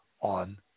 on